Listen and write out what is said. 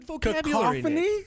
Cacophony